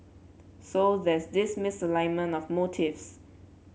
so there's this misalignment of motives